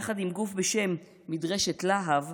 יחד עם גוף בשם מדרשת להב,